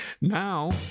Now